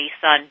son